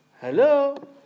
Hello